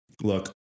Look